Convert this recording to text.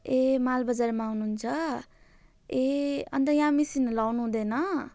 ए मालबजारमा हुनु हुन्छ ए अन्त यहाँ मिसन हिल आउनु हुँदैन